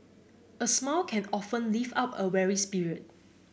a smile can often lift up a weary spirit